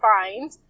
find